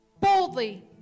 boldly